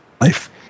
life